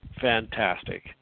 fantastic